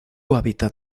hábitat